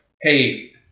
hey